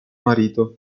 marito